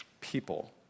people